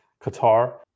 Qatar